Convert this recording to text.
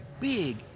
big